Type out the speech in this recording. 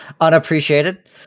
Unappreciated